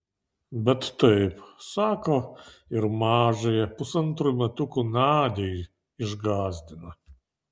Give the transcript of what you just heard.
bet taip sako ir mažąją pusantrų metukų nadią išgąsdino